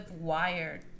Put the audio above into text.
wired